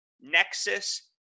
nexus